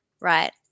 Right